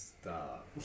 Stop